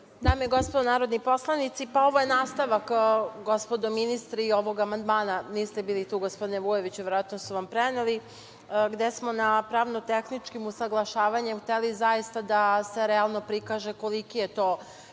Dame i gospodo narodni poslanici, ovo je nastavak, gospodo ministri, ovog amandmana, niste bili tu gospodine Vujoviću, verovatno su vam preneli, gde smo na pravno-tehničkim usaglašavanjem hteli zaista da se realno prikaže koliki je to